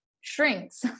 shrinks